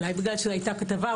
אולי כי היתה כתבה,